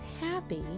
happy